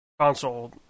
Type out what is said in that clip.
console